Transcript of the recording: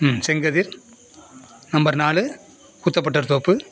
ம் செங்கதிர் நம்பர் நாலு குத்தப்பட்டோர் தோப்பு